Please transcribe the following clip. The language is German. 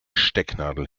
stecknadel